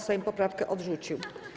Sejm poprawkę odrzucił.